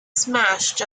smashed